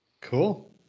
Cool